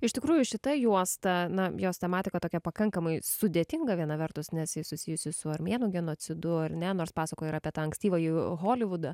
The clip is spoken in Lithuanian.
iš tikrųjų šita juosta na jos tematika tokia pakankamai sudėtinga viena vertus nes ji susijusi su armėnų genocidu ar ne nors pasakoja ir apie tą ankstyvą jų holivudą